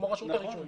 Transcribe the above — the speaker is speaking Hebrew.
כמו לרשות הרישוי,